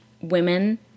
women